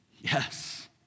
yes